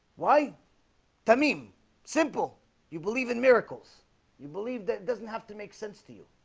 why tamim simple you believe in miracles you believe that it doesn't have to make sense to you